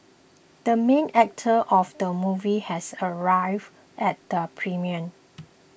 the main actor of the movie has arrived at the premiere